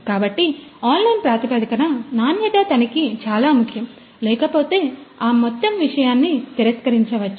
కాబట్టి ఆన్లైన్ ప్రాతిపదికన నాణ్యత తనిఖీ చాలా ముఖ్యం లేకపోతే ఆ మొత్తం విషయాన్ని తిరస్కరించవచ్చు